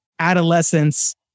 Adolescence